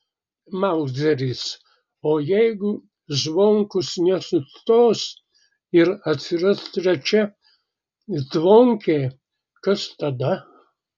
mauzeris o jeigu zvonkus nesustos ir atsiras trečia zvonkė kas tada